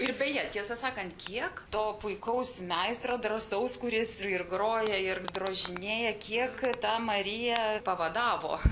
ir beje tiesą sakant kiek to puikaus meistro drąsaus kuris ir groja ir drožinėja kiek ta marija pavadavo